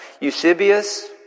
Eusebius